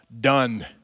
Done